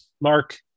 Mark